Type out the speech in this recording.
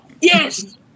Yes